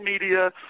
media